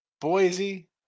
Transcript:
Boise